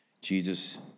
Jesus